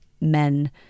men